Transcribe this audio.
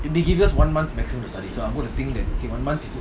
they give us one month maximum to study so I'm gonna think that okay one month is